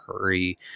hurry